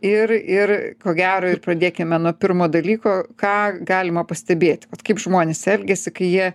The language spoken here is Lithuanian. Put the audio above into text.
ir ir ko gero ir pradėkime nuo pirmo dalyko ką galima pastebėti kaip žmonės elgiasi kai jie